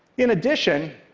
in addition,